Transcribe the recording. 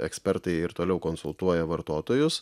ekspertai ir toliau konsultuoja vartotojus